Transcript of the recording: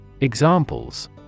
Examples